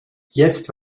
jetzt